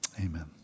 Amen